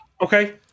Okay